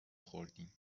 خوردیم